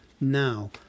now